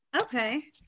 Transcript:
Okay